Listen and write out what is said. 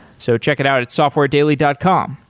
so check it out at softwaredaily dot com.